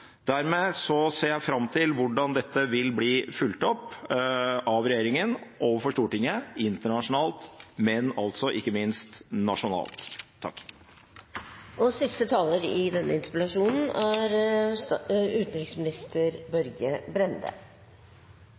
Dermed ser jeg fram til hvordan dette vil bli fulgt opp av regjeringen overfor Stortinget, internasjonalt og ikke minst nasjonalt.